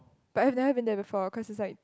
but I have never been there before cause is like